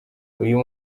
uyu